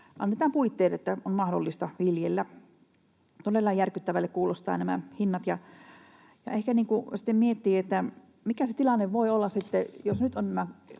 annetaan puitteet, että on mahdollista viljellä. Todella järkyttävälle kuulostavat nämä hinnat, ja ehkä sitten miettii, että jos nyt nämä